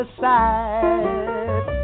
side